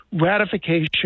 ratification